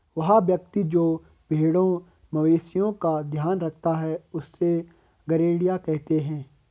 वह व्यक्ति जो भेड़ों मवेशिओं का ध्यान रखता है उससे गरेड़िया कहते हैं